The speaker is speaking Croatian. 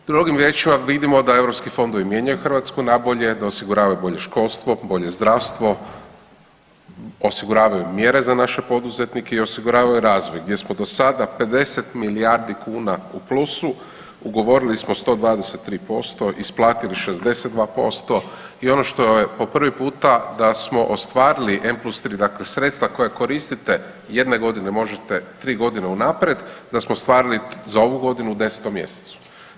Drugim riječima, vidimo da europski fondovi mijenjaju Hrvatsku nabolje, da osiguravaju bolje školstvo, bolje zdravstvo, osiguravaju mjere za naše poduzetnike i osiguravaju razvoj gdje smo do sada 50 milijardi kuna u plusu, ugovorili smo 123%, isplatili 62% i ono što je po prvi puta da smo ostvarili M+3, dakle sredstva koja koristite, jedne godine možete 3.g. unaprijed, da smo ostvarili za ovu godinu u 10 mjesecu.